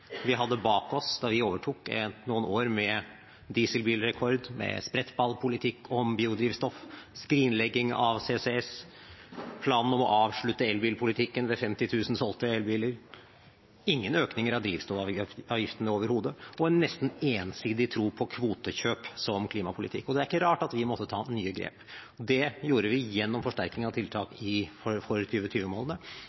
Vi hadde bak oss da vi overtok, noen år med dieselbilrekord, med sprettballpolitikk om biodrivstoff, med skrinleggingen av CCS-prosjektet, planen om å avslutte elbilpolitikken ved 50 000 solgte elbiler, ingen økning av drivstoffavgiften overhodet, og en nesten ensidig tro på kvotekjøp som klimapolitikk. Det er ikke rart at vi måtte ta nye grep. Det gjorde vi gjennom forsterkning av tiltak